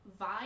vibe